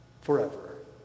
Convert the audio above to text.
forever